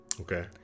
Okay